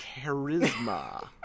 charisma